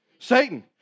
Satan